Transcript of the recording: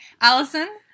Allison